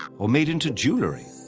or made into jewelry,